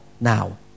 now